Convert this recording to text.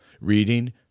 reading